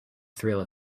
thrill